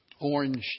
Orange